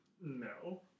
No